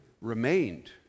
remained